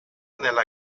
nella